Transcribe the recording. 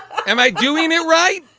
i doing it right?